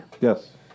Yes